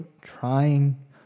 trying